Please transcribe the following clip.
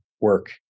work